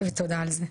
ותודה על זה.